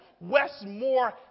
Westmore